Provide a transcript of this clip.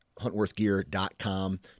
huntworthgear.com